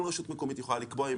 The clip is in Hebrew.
כל רשות מקומית יכולה לקבוע אם היא